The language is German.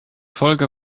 folge